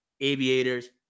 Aviators